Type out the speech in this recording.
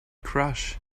crush